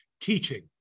teaching